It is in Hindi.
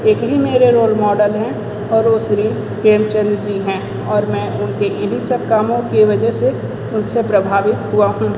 एक ही मेरे रोल मॉडल हैं और वो श्री प्रेमचंद जी हैं और मैं उनके इन्हीं सब कामों के वजह से उनसे प्रभावित हुआ हूँ